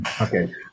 Okay